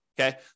Okay